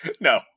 No